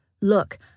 Look